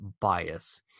bias